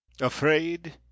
Afraid